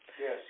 Yes